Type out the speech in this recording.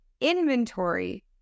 inventory